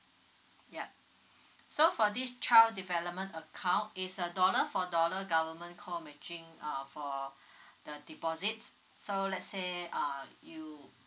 yup so for this child development account is a dollar for dollar government co matching uh for the deposit so let's say uh you